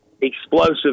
explosive